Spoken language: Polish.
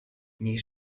niech